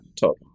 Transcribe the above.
total